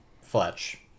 Fletch